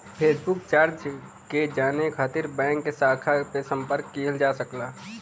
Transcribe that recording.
chequebook charge के जाने खातिर बैंक के शाखा पे संपर्क किहल जा सकला